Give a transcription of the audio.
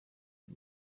uyu